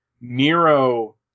Nero